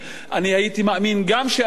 אני הייתי מאמין גם שארצות-הברית,